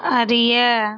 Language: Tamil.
அறிய